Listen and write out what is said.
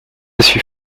suis